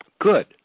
Good